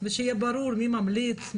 ושיהיה ברור מי ממליץ,